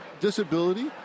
disability